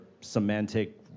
semantic